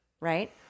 right